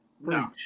No